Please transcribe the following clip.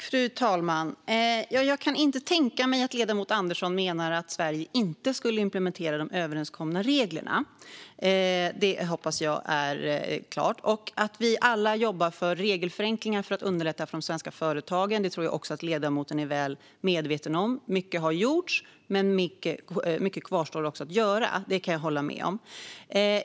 Fru talman! Jag kan inte tänka mig att ledamoten Andersson menar att Sverige inte skulle implementera de överenskomna reglerna. Det hoppas jag är klart. Att vi alla jobbar för regelförenklingar för att underlätta för de svenska företagen tror jag också att ledamoten är väl medveten om. Mycket har gjorts, men mycket kvarstår också att göra. Det kan jag hålla med om.